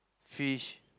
fish